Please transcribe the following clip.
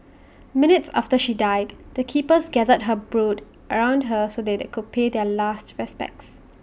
minutes after she died the keepers gathered her brood around her so they could pay their last respects